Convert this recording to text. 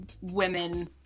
women